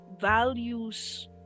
values